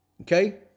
Okay